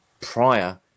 prior